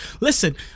listen